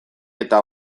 eta